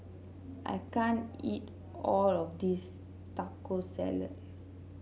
I can't eat all of this Taco Salad